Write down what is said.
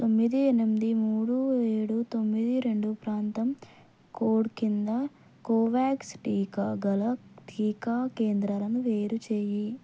తొమ్మిది ఎనిమిది మూడు ఏడు తొమ్మిది రెండు ప్రాంతం కోడ్ కింద కోవ్యాక్స్ టీకా గల టీకా కేంద్రాలను వేరుచేయి